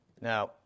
Now